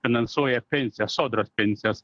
finansuoja pensijas sodros pensijas